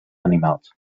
animals